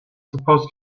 supposed